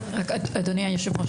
אדוני היושב ראש,